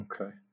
Okay